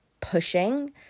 pushing